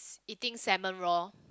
eating salmon raw